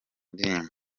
ndirimbo